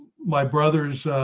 my brothers,